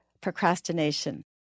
procrastination